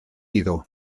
iddo